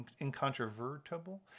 incontrovertible